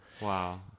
wow